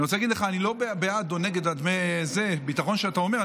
אני רוצה להגיד לך שאני לא בעד או נגד דמי הביטחון שאתה מדבר עליהם,